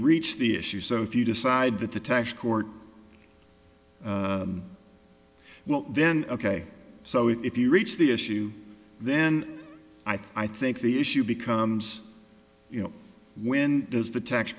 reach the issue so if you decide that the tax court well then ok so if you reach the issue then i think the issue becomes you know when does the tax